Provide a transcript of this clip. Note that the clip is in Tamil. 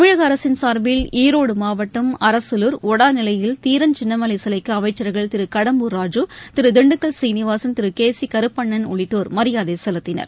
தமிழக அரசின் சார்பில் ஈரோடு மாவட்டம் அரசலூர் ஒடாநிலையில் தீரன் சின்னமலை சிலைக்கு அமைச்சர்கள் திரு கடம்பூர் ராஜு திரு திண்டுக்கல் கீனிவாசன் திரு கே சி கருப்பணன் உள்ளிட்டோர் மரியாதை செலுத்தினர்